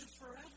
forever